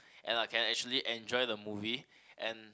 and I can actually enjoy the movie and